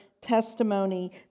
testimony